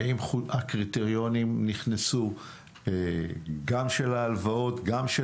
האם הקריטריונים נכנסו גם של ההלוואות גם של